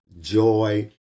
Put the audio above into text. joy